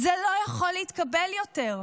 זה לא יכול להתקבל יותר.